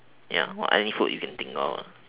ya any food you can think of